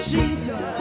Jesus